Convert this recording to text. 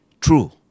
true